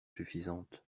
suffisante